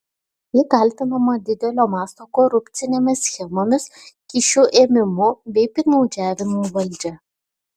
ji kaltinama didelio masto korupcinėmis schemomis kyšių ėmimu bei piktnaudžiavimu valdžia